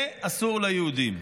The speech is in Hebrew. זה אסור ליהודים.